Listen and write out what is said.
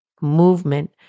movement